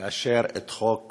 לאשר את החוק